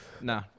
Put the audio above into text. Nah